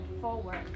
forward